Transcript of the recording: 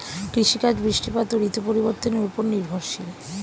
কৃষিকাজ বৃষ্টিপাত ও ঋতু পরিবর্তনের উপর নির্ভরশীল